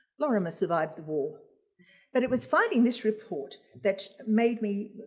lorimer survived the war but it was filing this report that made me